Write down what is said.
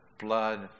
blood